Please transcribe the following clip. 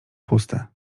puste